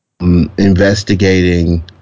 investigating